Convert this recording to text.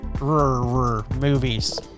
movies